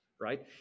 Right